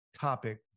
topic